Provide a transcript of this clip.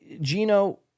Gino